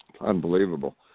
unbelievable